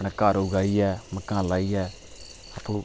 घर उगाइयै ते घर लाइयै आपूं